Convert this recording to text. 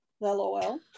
LOL